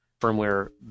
firmware